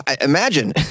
Imagine